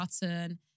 button